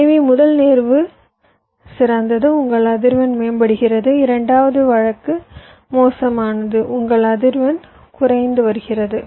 எனவே முதல் நேர்வு சிறந்தது உங்கள் அதிர்வெண் மேம்படுகிறது இரண்டாவது நேர்வு மோசமானது உங்கள் அதிர்வெண் குறைந்து வருகிறது